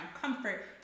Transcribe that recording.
comfort